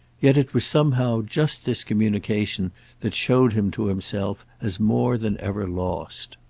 yet it was somehow just this communication that showed him to himself as more than ever lost.